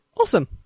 Awesome